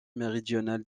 méridionale